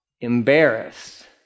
embarrassed